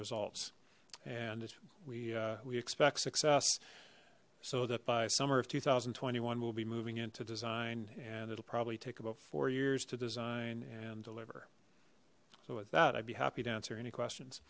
results and we we expect success so that by summer of two thousand and twenty one we'll be moving into design and it'll probably take about four years to design and deliver so with that i'd be happy to answer any questions